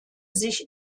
sich